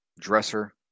dresser